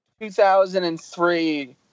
2003